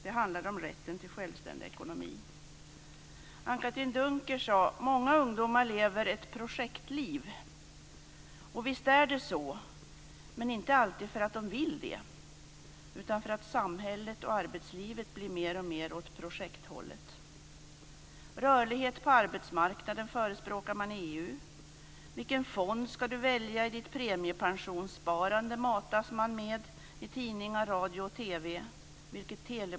Det handlar om rätten till självständig ekonomi. Anne-Katrine Dunker sade att många ungdomar lever ett "projektliv". Visst är det så, men inte alltid för att de vill det. Det är samhället och arbetslivet som blir mer och mer åt projekthållet. I EU förespråkar man rörlighet på arbetsmarknaden. Vilken fond ska du välja i ditt premiepensionssparande? Sådant matas man med i tidningar, radio och TV.